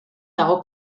dago